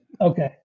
okay